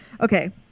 Okay